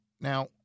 Now